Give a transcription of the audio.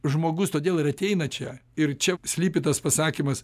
žmogus todėl ir ateina čia ir čia slypi tas pasakymas